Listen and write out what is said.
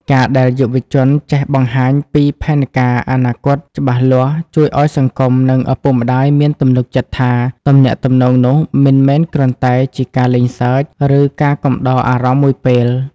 ការដែលយុវជនចេះបង្ហាញពី "ផែនការអនាគត" ច្បាស់លាស់ ជួយឱ្យសង្គម និងឪពុកម្ដាយមានទំនុកចិត្តថា ទំនាក់ទំនងនោះមិនមែនគ្រាន់តែជាការលេងសើច ឬការកំដរអារម្មណ៍មួយពេល។